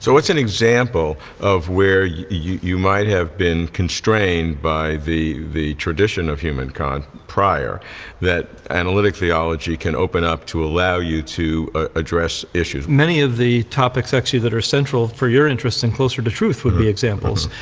so what's an example of where you you might have been constrained by the the tradition of hume and kant prior that analytic theology can open up to allow you to ah address issues? many of the topics, actually, that are central for your interest in closer to truth would be examples.